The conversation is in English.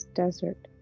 desert